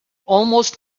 almost